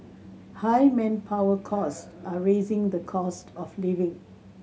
high manpower costs are raising the cost of living